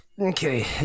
Okay